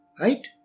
Right